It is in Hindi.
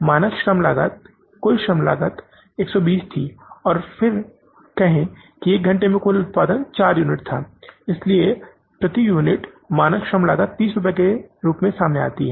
मानक श्रम लागत कुल श्रम लागत 120 थी और फिर कहें कि एक घंटे में कुल उत्पादन 4 यूनिट था इसलिए प्रति यूनिट मानक श्रम लागत 30 के रूप में काम करती है